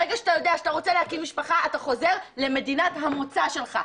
ברגע שאתה יודע שאתה רוצה להקים משפחה אתה חוזר למדינת המוצא שלך.